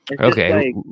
Okay